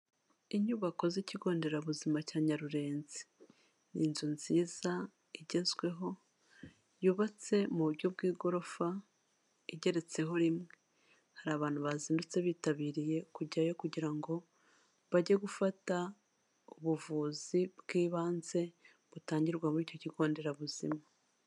Inyubako z'ikigo nderabuzima cya Nyarurenzi. Ni inzu nziza igezweho, yubatse mu buryo bw'igorofa, igeretseho rimwe. Hari abantu bazindutse bitabiriye kujyayo kugira ngo, bajye gufata ubuvuzi bw'ibanze, butangirwa muri icyo kigo nderabuzima.